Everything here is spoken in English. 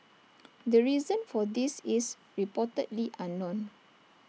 the reason for this is reportedly unknown